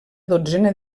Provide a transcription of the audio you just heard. dotzena